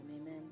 amen